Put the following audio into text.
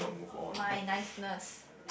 my niceness